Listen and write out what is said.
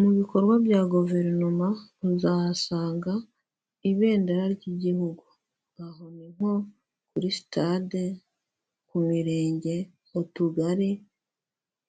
Mu bikorwa bya guverinoma muzahasanga ibendera ry'igihugu, twabona nko kuri sitade, ku mirenge, ku tugari